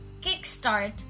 kickstart